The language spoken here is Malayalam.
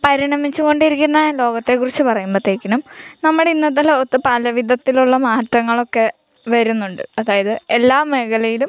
പരിണമിച്ച് കൊണ്ടിരിക്കുന്ന ലോകത്തേക്കുറിച്ച് പറയുമ്പത്തേക്കിനും നമ്മുടെ ഇന്നത്തെ ലോകത്ത് പലവിധത്തിലുള്ള മാറ്റങ്ങളൊക്കെ വരുന്നുണ്ട് അതായത് എല്ലാ മേഖലയിലും